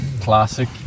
classic